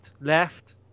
left